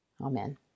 Amen